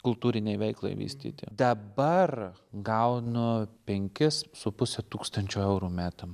kultūrinei veiklai vystyti dabar gaunu penkis su puse tūkstančio eurų metam